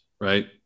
right